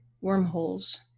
wormholes